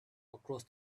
across